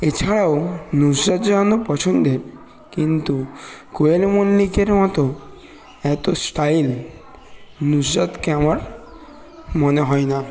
এছাড়াও নুসরাত জাহানও পছন্দের কিন্তু কোয়েল মল্লিকের মতো এত স্টাইল নুসরাতকে আমার মনে হয় না